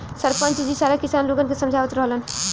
सरपंच जी सारा किसान लोगन के समझावत रहलन